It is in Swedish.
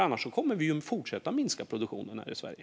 Annars kommer vi ju att fortsätta att minska produktionen här i Sverige.